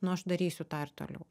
nu aš darysiu tą ir toliau